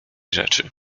rzeczy